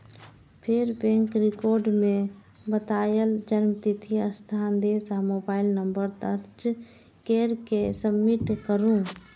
फेर bank record मे बतायल जन्मतिथि, स्थान, देश आ मोबाइल नंबर दर्ज कैर के सबमिट करू